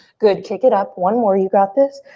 good, kick it up. one more, you got this.